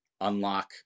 unlock